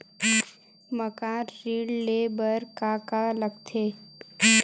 मकान ऋण ले बर का का लगथे?